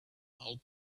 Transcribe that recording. out